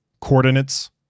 Coordinates